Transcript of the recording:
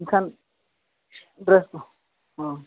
ᱮᱱᱠᱷᱟᱱ ᱰᱨᱮᱥ ᱚᱻ